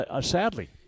sadly